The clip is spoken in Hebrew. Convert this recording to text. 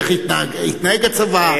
איך התנהג הצבא,